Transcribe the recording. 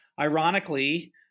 Ironically